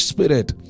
Spirit